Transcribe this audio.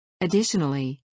Additionally